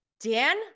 Dan